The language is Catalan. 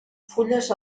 fulles